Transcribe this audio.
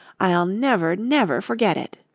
i'll never, never forget it.